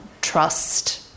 trust